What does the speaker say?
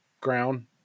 ground